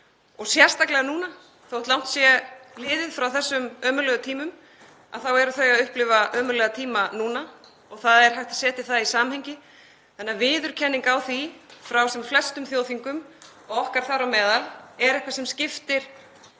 og sérstaklega núna. Þótt langt sé liðið frá þessum ömurlegu tímum þá eru þau að upplifa ömurlega tíma núna og það er hægt að setja það í samhengi þannig að viðurkenning á því frá sem flestum þjóðþingum, og okkar þar á meðal, er eitthvað sem skiptir